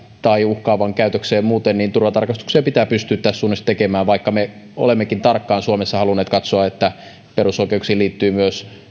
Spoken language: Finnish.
tai muuten uhkaavaan käytökseen liittyviä esineitä niin turvatarkastuksia pitää pystyä tässä suunnassa tekemään vaikka me olemmekin tarkkaan suomessa halunneet katsoa että perusoikeuksiin liittyy myös